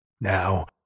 Now